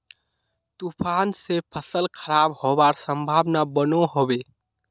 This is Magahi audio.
तूफान से फसल खराब होबार संभावना बनो होबे?